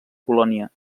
colònia